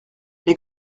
les